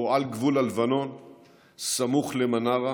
בעת הזו הייתי אמור להיות עם משפחות שכולות רבות,